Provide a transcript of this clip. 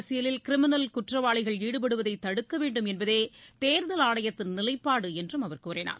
அரசியலில் கிரிமினல் குற்றவாளிகள் ஈடுபடுவதைதடுக்கவேண்டும் என்பதேதேர்தல் ஆணையத்தின் நிலைப்பாடுஎன்றும் அவர் கூறினார்